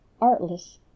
artless